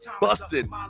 busting